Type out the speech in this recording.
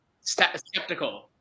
skeptical